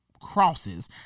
crosses